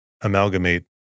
amalgamate